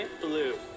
Blue